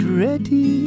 ready